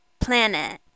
planet